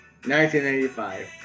1985